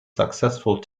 successful